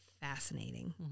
fascinating